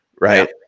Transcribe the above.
right